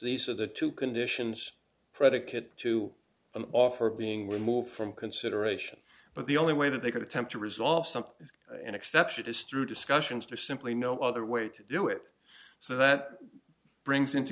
these are the two conditions predicate to offer being with move from consideration but the only way that they could attempt to resolve something an exception is through discussions or simply no other way to do it so that brings into